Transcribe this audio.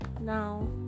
now